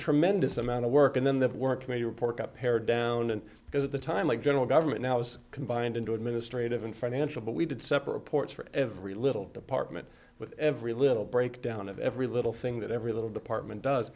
tremendous amount of work and then that work committee report got pared down and because at the time like general government now was combined into administrative and financial but we did separate ports for every little department with every little breakdown of every little thing that every little department does